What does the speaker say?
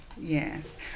yes